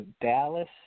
Dallas